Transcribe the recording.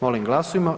Molim glasujmo.